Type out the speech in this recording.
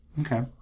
Okay